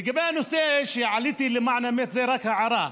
לגבי הנושא שעליתי, למען האמת זאת רק הערה: